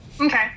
Okay